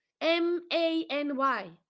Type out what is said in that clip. M-A-N-Y